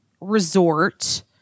resort